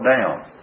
down